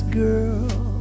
girl